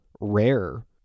rare